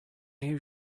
you